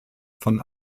von